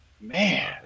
Man